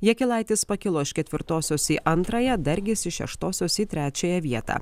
jakilaitis pakilo iš ketvirtosios į antrąją dargis iš šeštosios į trečiąją vietą